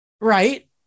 right